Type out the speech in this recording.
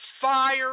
fire